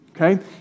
okay